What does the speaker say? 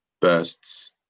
bursts